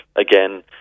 again